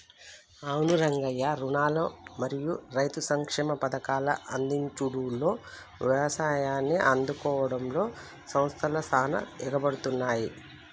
అవును రంగయ్య రుణాలు మరియు రైతు సంక్షేమ పథకాల అందించుడులో యవసాయాన్ని ఆదుకోవడంలో సంస్థల సాన ఎనుకబడుతున్నాయి